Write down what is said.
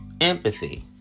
empathy